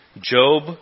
Job